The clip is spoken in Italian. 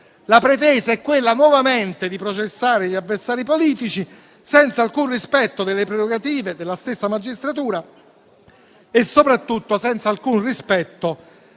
la pretesa è nuovamente quella di processare gli avversari politici, senza alcun rispetto delle prerogative della stessa magistratura e soprattutto senza alcun rispetto